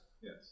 Yes